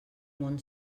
món